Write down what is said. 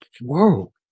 whoa